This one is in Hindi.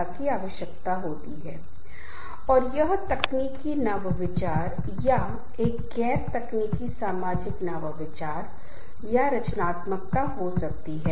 जबकि औपचारिक समूह एक संगठन द्वारा स्थापित किया जाता है ताकि इसका एक लक्ष्य हो अनौपचारिक समूह का अनायास विलय हो जाता है